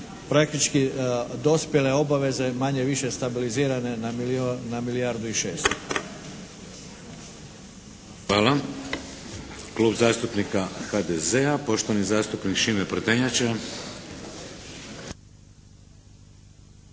praktički dospjele obaveze manje-više stabilizirane na milijardu i šesto. **Šeks, Vladimir (HDZ)** Hvala. Klub zastupnika HDZ-a poštovani zastupnik Šime Prtenjača.